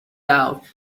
out